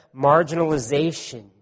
marginalization